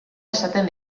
esaten